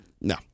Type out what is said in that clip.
No